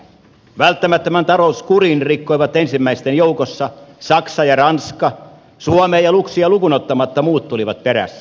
välttämättömän talouskurin rikkoivat ensimmäisten joukossa saksa ja ranska suomea ja luxia lukuun ottamatta muut tulivat perässä